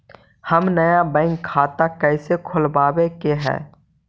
हम नया बैंक खाता कैसे खोलबाबे के है?